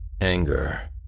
Anger